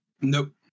Nope